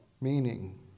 meaning